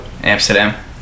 amsterdam